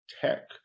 Tech